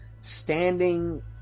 standing